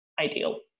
ideal